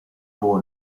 può